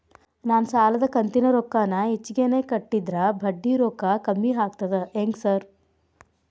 ನಾನ್ ಸಾಲದ ಕಂತಿನ ರೊಕ್ಕಾನ ಹೆಚ್ಚಿಗೆನೇ ಕಟ್ಟಿದ್ರ ಬಡ್ಡಿ ರೊಕ್ಕಾ ಕಮ್ಮಿ ಆಗ್ತದಾ ಹೆಂಗ್ ಸಾರ್?